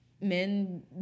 men